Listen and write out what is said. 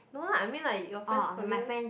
no lah I mean like your friends call you